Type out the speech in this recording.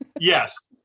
Yes